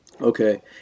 Okay